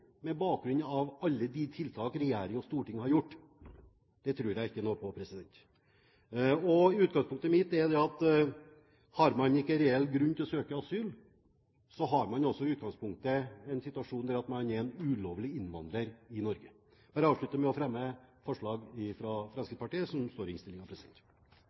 bakgrunn av alle de tiltak regjering og storting har gjort. Det tror jeg ikke noe på. Utgangspunktet mitt er: Har man ikke reell grunn til å søke asyl, er man også i utgangspunktet i en situasjon der man er en ulovlig innvandrer i Norge. Jeg vil avslutte med å fremme forslaget fra Fremskrittspartiet som står i